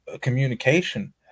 communication